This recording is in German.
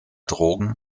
drogen